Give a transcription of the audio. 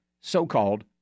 so-called